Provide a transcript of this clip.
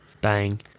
bang